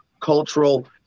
cultural